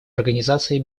организации